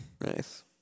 Nice